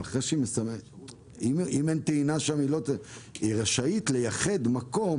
היא רשאית לייחד מקום,